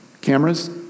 Cameras